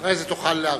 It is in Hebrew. אחרי זה תוכל להרחיב.